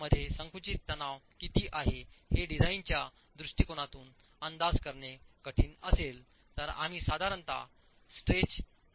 मध्ये संकुचित तणाव किती आहे हे डिझाइनच्या दृष्टीकोनातून अंदाज करणे कठिण असेल तर आम्ही साधारणत स्ट्रेच ए